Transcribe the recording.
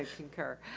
concur.